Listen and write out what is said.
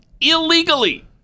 illegally